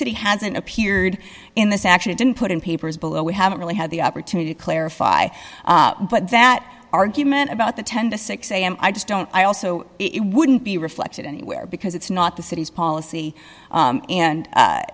city hasn't appeared in this actually didn't put in papers below we haven't really had the opportunity to clarify but that argument about the ten dollars to six dollars am i just don't i also it wouldn't be reflected anywhere because it's not the city's policy and